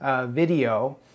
video